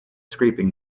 scraping